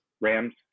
Rams